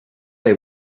they